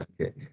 Okay